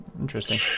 interesting